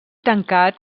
tancat